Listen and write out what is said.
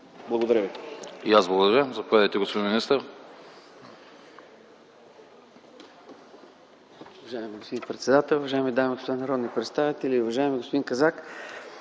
Благодаря ви.